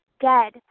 dead